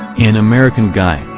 an american guy,